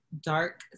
dark